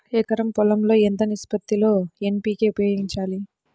ఎకరం పొలం లో ఎంత నిష్పత్తి లో ఎన్.పీ.కే ఉపయోగించాలి?